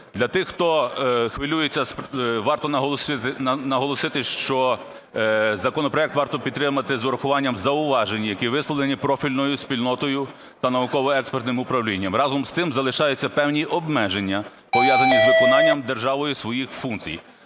Для тих, хто хвилюється, варто наголосити, що законопроект варто підтримати з врахуванням зауважень, які висловлені профільною спільнотою та науково-експертним управлінням. Разом з тим залишаються певні обмеження, пов'язані з виконанням державою своїх функцій.